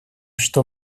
что